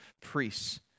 priests